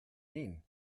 mean